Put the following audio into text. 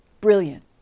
brilliant